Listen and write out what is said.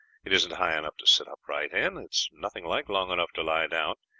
it isn't high enough to sit upright in, it is nothing like long enough to lie down,